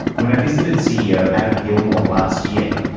when i visited ceo adam gilmour last year,